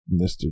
Mr